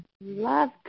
Love